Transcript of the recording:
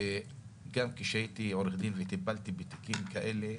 גם כשהייתי עורך דין וטיפלתי בתיקים כאלה,